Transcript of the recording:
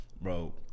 Bro